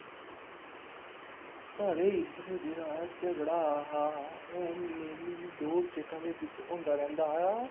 साढ़े इद्धर जेहड़ झगड़ा हा ओह् मेनली दो स्टेटा दे बिच होंदा रैंहदा हा